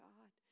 God